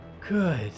Good